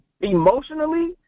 emotionally